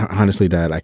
honestly, dad, like